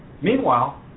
Meanwhile